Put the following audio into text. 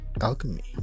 alchemy